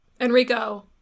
Enrico